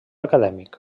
acadèmic